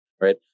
Right